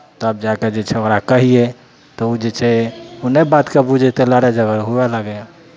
तब जा कऽ जे छै ओकरा कहियै तऽ ओ जे छै ओ नहि बातकेँ बुझय तऽ लड़ाइ झगड़ हुए लागै